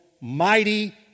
mighty